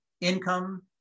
income